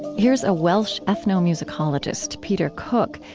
here is a welsh ethnomusicologist, peter cooke,